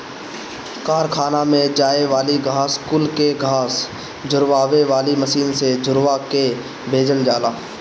कारखाना में जाए वाली घास कुल के घास झुरवावे वाली मशीन से झुरवा के भेजल जाला